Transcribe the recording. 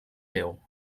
déu